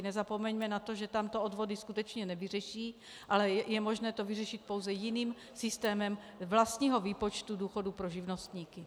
Nezapomeňme na to, že tam to odvody skutečně nevyřeší, ale je možné to vyřešit pouze jiným systémem vlastního výpočtu důchodu pro živnostníky.